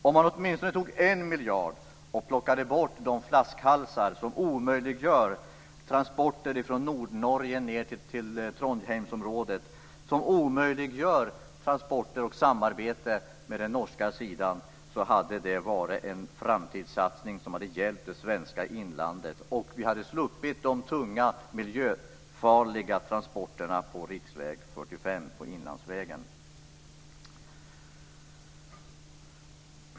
Om man tog åtminstone en miljard och plockade bort de flaskhalsar som omöjliggör transporter från Nordnorge ned till Trondheimsområdet och som omöjliggör transporter och samarbete med den norska sidan, så hade det varit en framtidssatsning som hade hjälpt det svenska inlandet, och vi hade sluppit de tunga miljöfarliga transporterna på riksväg 45, på inlandsvägen.